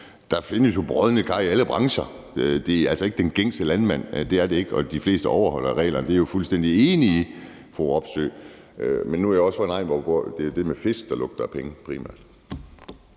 Der findes brodne kar i alle brancher, men det er altså ikke den gængse landmand. Det er det ikke, og de fleste overholder reglerne. Det er jeg fuldstændig enig i, fru Katrine Robsøe. Men nu er jeg altså også fra en egn, hvor det primært er fisk, der lugter af penge.